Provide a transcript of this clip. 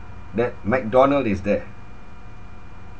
that mcdonald is there